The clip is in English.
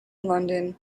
london